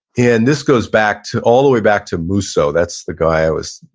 and this goes back to, all the way back to mosso, that's the guy i was,